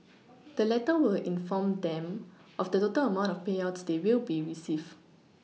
the letter will inform them of the total amount of payouts they will be receive